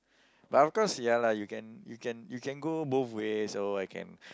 but of course ya lah you can you can you can go both ways all I can